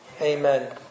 Amen